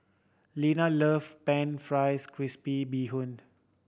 Linna love pan fries crispy bee hoon